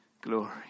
glory